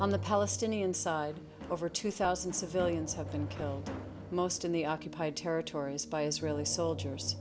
on the palestinian side over two thousand civilians have been killed most in the occupied territories by israeli soldiers